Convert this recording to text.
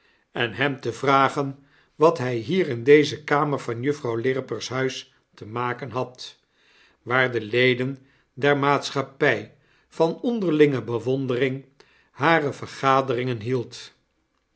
en hem te vragen wat hij hier in deze kamer van juffrouw lirriper's huis te maken had waar de ieden der maatschappij van onderlinge bewondering hare vergaderingen hield